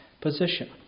Position